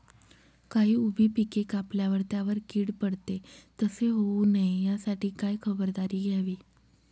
काही उभी पिके कापल्यावर त्यावर कीड पडते, तसे होऊ नये यासाठी काय खबरदारी घ्यावी?